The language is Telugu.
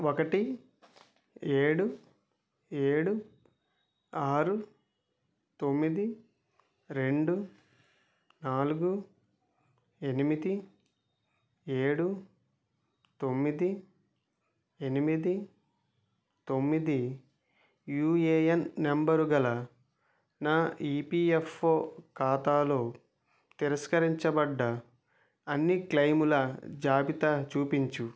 ఒకటి ఏడు ఏడు ఆరు తొమ్మిది రెండు నాలుగు ఎనిమిది ఏడు తొమ్మిది ఎనిమిది తొమ్మిది యూఏఎన్ నెంబరు గల నా ఈపీఎఫ్ఓ ఖాతాలో తిరస్కరించబడ్డ అన్నీ క్లెముల జాబితా చూపించు